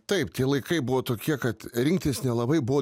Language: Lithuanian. taip tie laikai buvo tokie kad rinktis nelabai buvo